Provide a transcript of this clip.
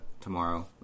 tomorrow